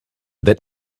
that